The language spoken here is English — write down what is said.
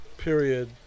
period